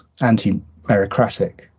anti-merocratic